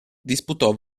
disputò